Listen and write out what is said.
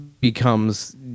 becomes